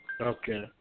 Okay